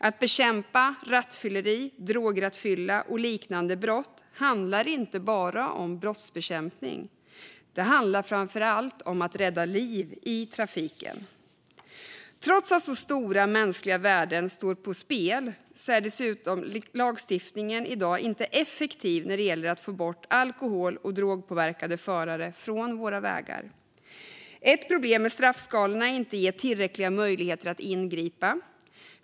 Att bekämpa rattfylleri, drograttfylla och liknande brott handlar inte bara om brottsbekämpning - det handlar framför allt om att rädda liv i trafiken. Trots att så stora mänskliga värden står på spel är lagstiftningen i dag dessutom inte effektiv när gäller att få bort alkohol och drogpåverkade förare från våra vägar. Ett problem är att straffskalorna inte ger tillräckliga möjligheter att ingripa.